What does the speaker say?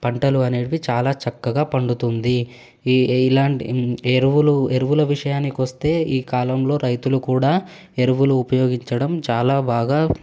పంటలు అనేటివి చాలా చక్కగా పండుతుంది ఈ ఇలాంటి ఎరువులు ఎరువుల విషయానికి వస్తే ఈ కాలంలో రైతులు కూడా ఎరువులు ఉపయోగించడం చాలా బాగా